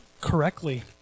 correctly